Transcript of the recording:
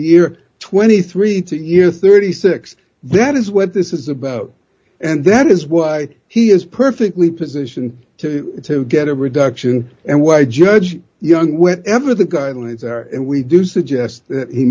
year twenty three to year thirty six that is what this is about and that is why he is perfectly positioned to get a reduction and why judge young whenever the guidelines are and we do suggest he